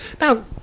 Now